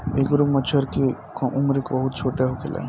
एगो मछर के उम्र बहुत छोट होखेला